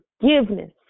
forgiveness